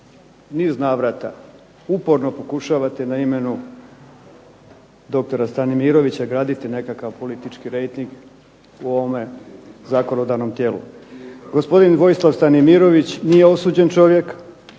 niz navrata uporno pokušavate na imenu doktora Stanimirovića graditi nekakav politički rejting u ovome zakonodavnom tijelu. Gospodin Vojislav Stanimirović nije osuđen čovjek